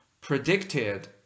Predicted